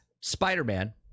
Spider-Man